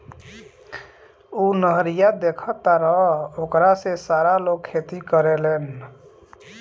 उ नहरिया देखऽ तारऽ ओकरे से सारा लोग खेती करेलेन